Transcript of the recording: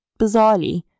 bizarrely